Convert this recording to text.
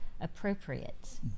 appropriate